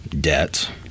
debt